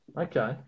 Okay